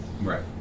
Right